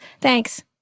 thanks